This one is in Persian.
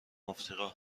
افریقا